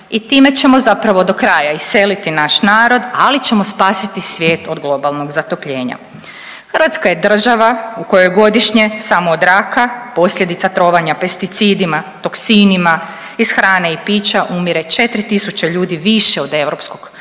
i time ćemo zapravo do kraja iseliti naš narod, ali ćemo spasiti svijet od globalnog zatopljenja. Hrvatska je država u kojoj godišnje samo od raka, posljedica trovanja pesticidima, toksinima iz hrane i pića umire 4 tisuće ljudi više od